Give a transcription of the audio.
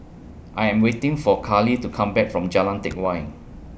I Am waiting For Carli to Come Back from Jalan Teck Whye